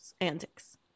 antics